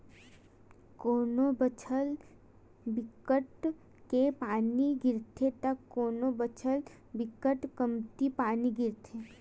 कोनो बछर बिकट के पानी गिरथे त कोनो बछर बिकट कमती पानी गिरथे